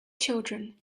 children